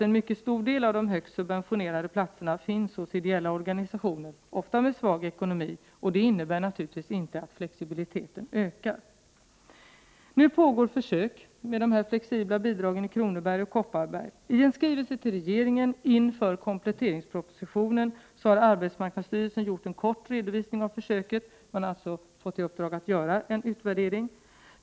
En mycket stor del av de högst subventionerade platserna finns hos ideella organisationer, ofta med svag ekonomi. Det innebär naturligtvis inte att flexibiliteten ökar. Nu pågår försök med flexibla bidrag i Kronoberg och Kopparberg. I en skrivelse till regeringen inför kompletteringspropositionen har arbetsmarknadsstyrelsen gjort en kort redovisning av försöken — man har alltså fått i uppdrag att göra en utvärdering.